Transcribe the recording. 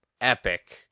epic